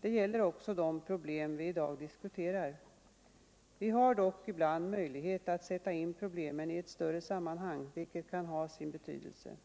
Det gäller också de problem vi i dag diskuterar. Vi har dock ibland möjlighet att sätta in problemen i ett större sammanhang. vilket kan ha sin betydelse.